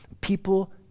people